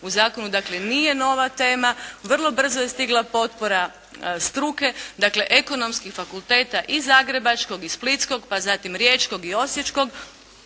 u zakonu. Dakle nije nova tema, vrlo brzo je stigla potpora struke, dakle ekonomskih fakulteta i zagrebačkog i splitskog, pa zatim riječkog i osječkog